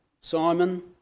Simon